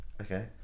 Okay